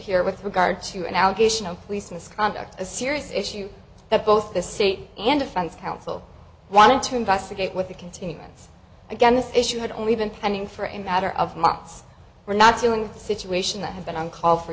here with regard to an allegation of police misconduct a serious issue that both the state and defense counsel wanted to investigate with the continuance again this issue had only been pending for a matter of months we're not doing the situation that had been on call for